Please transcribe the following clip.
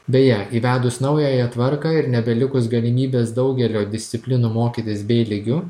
beje įvedus naująją tvarką ir nebelikus galimybės daugelio disciplinų mokytis bė lygiu